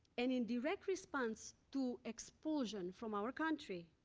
and in direct response to expulsion from our country,